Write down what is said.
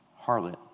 harlot